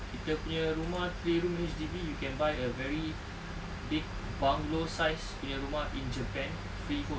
kita punya rumah three room H_D_B you can buy a very big bungalow sized punya rumah in japan freehold